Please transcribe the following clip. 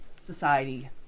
society